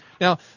Now